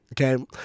Okay